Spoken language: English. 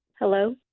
Hello